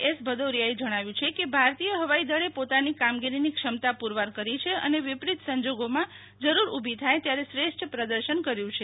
S ભદૈરીયાએ જણાવ્યુ છે કે ભારતીય હવાઈ દળને પોતાની કામગીરીની ક્ષમતા પુરવાર કરી છે અને વિપરીત સંજોગોમાં જરૂર ઉભી થાય ત્યારે શ્રેષ્ઠ પ્રદર્શન કર્યું છે